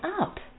up